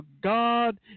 God